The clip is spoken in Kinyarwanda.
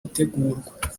gutegurwa